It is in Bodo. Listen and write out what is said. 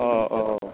अ अ